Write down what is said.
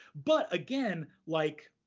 but, again, like